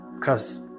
cause